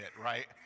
right